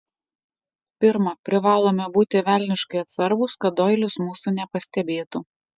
pirma privalome būti velniškai atsargūs kad doilis mūsų nepastebėtų